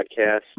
podcast